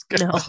No